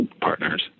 partners